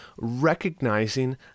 recognizing